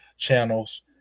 channels